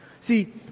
See